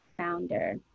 founder